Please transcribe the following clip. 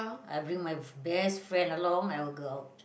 I bring my best friend along I will go out